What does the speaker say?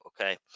okay